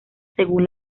según